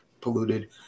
polluted